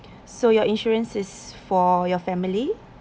so your insurance is for your family